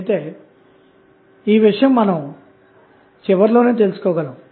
అయితే ఈ విషయం మనం చివరకు తెలుసుకోగలం